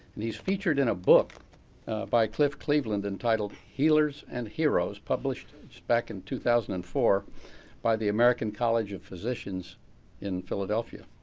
and he's featured in a book by clif cleaveland entitled healers and heroes, published back in two thousand and four by the american college of physicians in philadelphia.